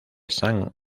san